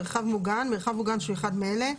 "מרחב מוגן" מרחב מוגן שהוא אחד מאלה: